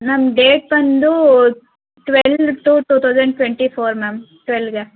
ma'am date ಬಂದು twelve two two thousand twenty four ma'am ಟ್ವೆಲ್ವಿಗೆ